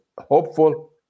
hopeful